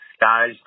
Guys